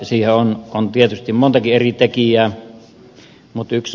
siinä on tietysti montakin eri tekijää